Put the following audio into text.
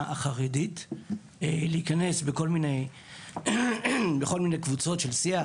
החרדית להיכנס בכל מיני קבוצות של שיח,